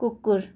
कुकुर